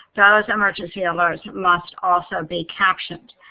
those emergency alerts must also be captioned.